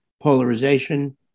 polarization